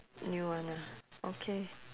new one ah okay